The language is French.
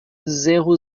zéro